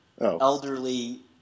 elderly